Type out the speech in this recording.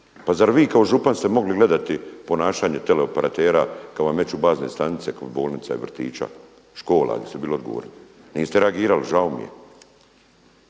Pa zar vi kao župan ste mogli gledati ponašanje teleoperatera kad vam meću bazne stanice kod bolnica i vrtića, škola, … niste reagirali žao mi je.